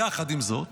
יחד עם זאת,